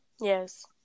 Yes